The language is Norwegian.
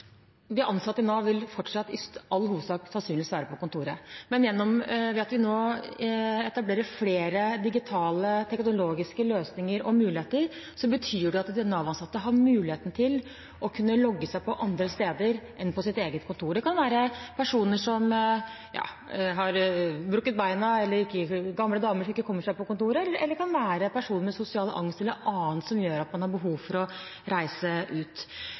De ansatte i Nav vil sannsynligvis i all hovedsak fortsatt være på kontoret, men ved at vi nå etablerer flere digitale/teknologiske løsninger og muligheter, betyr det at de Nav-ansatte vil ha muligheten til å logge seg på andre steder enn på sitt eget kontor. Det kan f.eks. være personer som har brukket benet, gamle damer som ikke kommer seg til kontoret, personer med sosial angst, eller det kan være noe annet som gjør at man har behov for å reise ut.